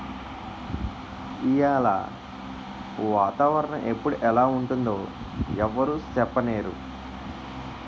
ఈయాల వాతావరణ ఎప్పుడు ఎలా ఉంటుందో ఎవరూ సెప్పనేరు